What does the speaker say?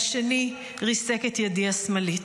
השני ריסק את ידי השמאלית.